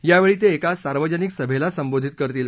यावेळी ते एका सार्वजनिक सभेला संबोधित करतील